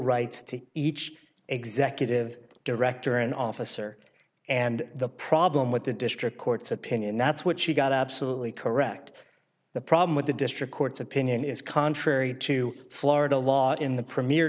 rights to each executive director and officer and the problem with the district court's opinion that's what she got absolutely correct the problem with the district court's opinion is contrary to florida law in the premier